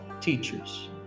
teachers